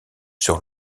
sur